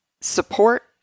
support